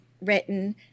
written